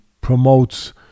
promotes